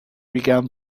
began